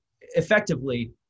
effectively